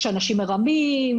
אנשים מרמים,